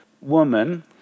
woman